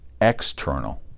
external